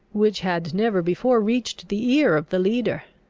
which had never before reached the ear of the leader.